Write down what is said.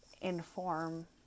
inform